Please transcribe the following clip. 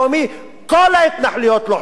כולל ההתנחלויות במזרח-ירושלים.